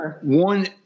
one